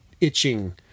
itching